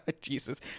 Jesus